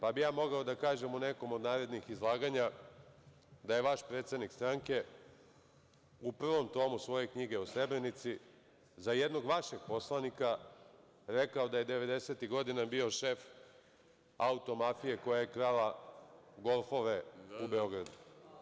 Pa bih ja mogao da kažem u nekom od narednih izlaganja da je vaš predsednik stranke u prvom tomu svoje knjige o Srebrenici za jednog vašeg poslanika rekao da je devedesetih godina bio šef auto-mafije koja je krala golfove u Beogradu.